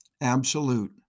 absolute